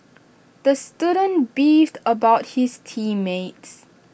the student beefed about his team mates